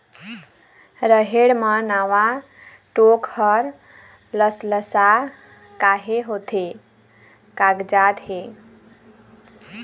रहेड़ म नावा डोंक हर लसलसा काहे होथे कागजात हे?